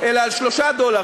אלא על 3 דולר.